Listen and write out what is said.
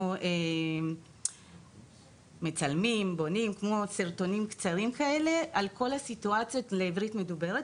אנחנו מצלמים ובונים סרטונים קצרים על כל הסיטואציות לעברית מדוברת,